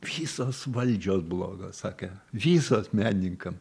visos valdžios blogos sakė visos menininkam